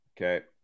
Okay